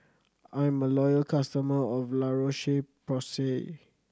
I'm a loyal customer of La Roche Porsay